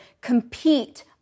compete